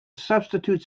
substitute